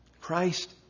Christ